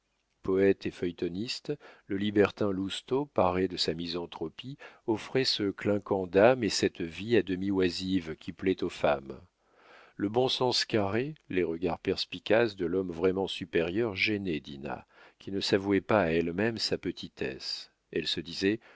poète et feuilletoniste le libertin lousteau paré de sa misanthropie offrait ce clinquant d'âme et cette vie à demi oisive qui plaît aux femmes le bon sens carré les regards perspicaces de l'homme vraiment supérieur gênaient dinah qui ne s'avouait pas à elle-même sa petitesse elle se disait